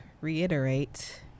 reiterate